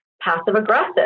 passive-aggressive